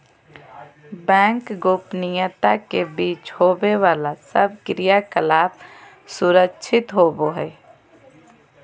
bank गोपनीयता के बीच होवे बाला सब क्रियाकलाप सुरक्षित होवो हइ